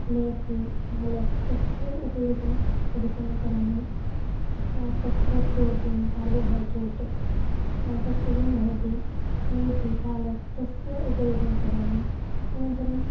मेथी पालक् तस्य उपयोगम् अधिकं करोमि तत्र प्रोटीन् कर्बोहैड्रेट् तत्सर्वं भवति मेथि पालक् तस्य उपयोगं करोमि अनन्तरम्